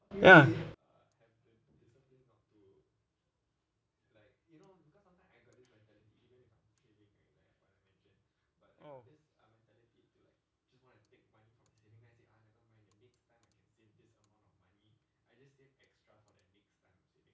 ya